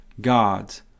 God's